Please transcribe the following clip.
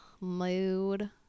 mood